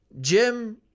Jim